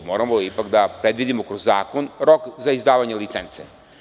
Moramo ipak da predvidimo kroz zakon rok za izdavanje licence.